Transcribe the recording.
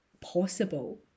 possible